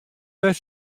wer